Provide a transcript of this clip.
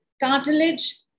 cartilage